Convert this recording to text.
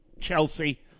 Chelsea